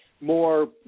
more